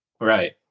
right